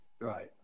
Right